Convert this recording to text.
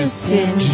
sin